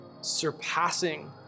surpassing